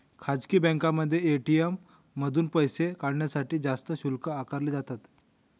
खासगी बँकांमध्ये ए.टी.एम मधून पैसे काढण्यासाठी जास्त शुल्क आकारले जाते